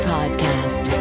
Podcast